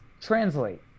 translate